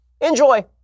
Enjoy